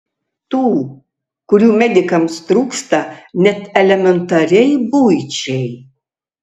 tų kurių medikams trūksta net elementariai buičiai